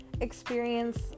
experience